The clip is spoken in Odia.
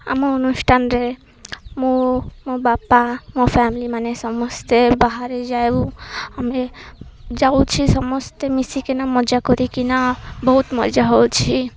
ଆମ ଅନୁଷ୍ଠାନରେ ମୁଁ ମୋ ବାପା ମୋ ଫ୍ୟାମିଲି ମାନେ ସମସ୍ତେ ବାହାରେ ଯାଉ ଆମେ ଯାଉଛି ସମସ୍ତେ ମିଶିକିନା ମଜା କରିକିନା ବହୁତ ମଜା ହେଉଛି